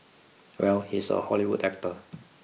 well he's a Hollywood actor